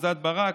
אחוזת ברק,